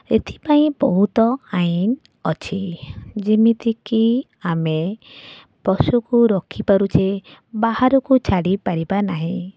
ଏଥିପାଇଁ ବହୁତ ଆଇନ୍ ଅଛି ଯେମିତି କି ଆମେ ପଶୁକୁ ରଖିପାରୁଛେ ବାହାରକୁ ଛାଡ଼ିପାରିବା ନାହିଁ